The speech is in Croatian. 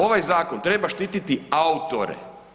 Ovaj zakon treba štititi autore.